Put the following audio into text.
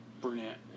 Brunette